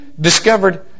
discovered